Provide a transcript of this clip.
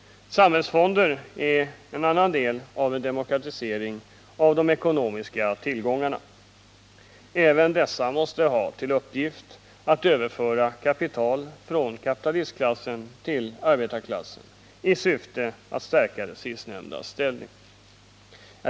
Samhällsfonder är en annan del av en demokratisering av de ekonomiska tillgångarna. Även dessa måste ha till uppgift att överföra kapital från kapitalistklassen till arbetarklassen i syfte att stärka den sistnämndas ställning.